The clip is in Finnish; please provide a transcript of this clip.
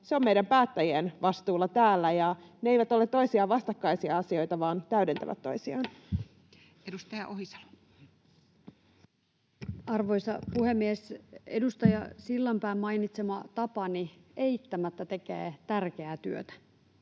Se on meidän päättäjien vastuulla täällä. Ja ne eivät ole toisiaan vastakkain vaan täydentävät toisiaan. Edustaja Ohisalo. Arvoisa puhemies! Edustaja Sillanpään mainitsema Tapani eittämättä tekee tärkeää työtä.